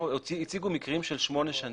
הציגו מקרים של שמונה שנים,